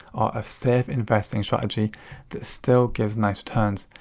or a safe investing strategy that still gives nice returns.